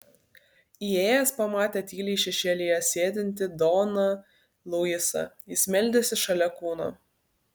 įėjęs pamatė tyliai šešėlyje sėdintį doną luisą jis meldėsi šalia kūno